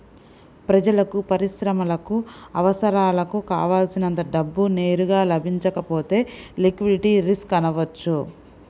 ప్రజలకు, పరిశ్రమలకు అవసరాలకు కావల్సినంత డబ్బు నేరుగా లభించకపోతే లిక్విడిటీ రిస్క్ అనవచ్చు